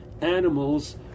animals